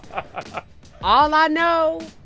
ah all i know,